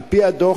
על-פי הדוח,